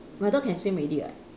my dog can swim already [what]